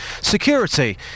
security